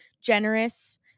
generous